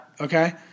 Okay